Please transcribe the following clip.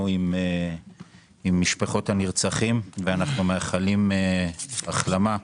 עם משפחות הנרצחים ואנחנו מאחלים החלמה לפצועים.